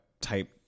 type